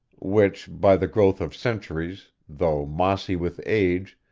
which, by the growth of centuries, though mossy with age,